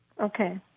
Okay